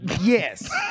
Yes